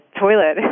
toilet